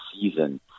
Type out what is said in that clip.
season